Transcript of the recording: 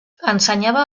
ensenyava